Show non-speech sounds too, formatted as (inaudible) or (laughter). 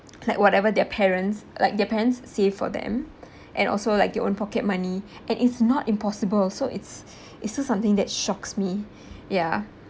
like whatever their parents like their parents save for them and also like their own pocket money and it's not impossible so it's it's just something that shocks me (breath) ya